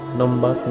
number